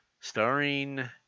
starring